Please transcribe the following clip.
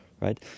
right